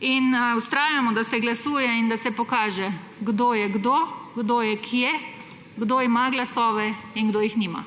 in vztrajamo, da se glasuje in da se pokaže, kdo je kdo, kdo je kje, kdo ima glasove in kdo jih nima.